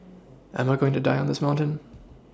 am I going to die on this mountain